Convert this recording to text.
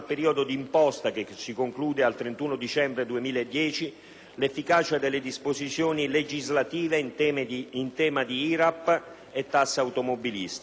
31 dicembre 2010 l'efficacia delle disposizioni legislative in tema di IRAP e tassa automobilistica.